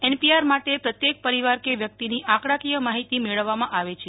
NPR માટે પ્રત્યેક પરિવાર કે વ્યક્તિની આંકડાકીય માહિતી મેળવવામાં આવે છે